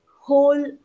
whole